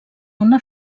una